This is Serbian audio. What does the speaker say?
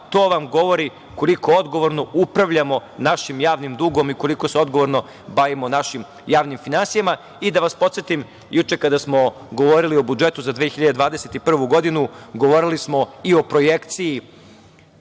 To vam govori koliko odgovorno upravljamo našim javnim dugom i koliko se odgovorno bavimo našim javnim finansijama. Da vas podsetim. Juče kada smo govorili o budžetu za 2021. godinu, govorili smo i o projekciji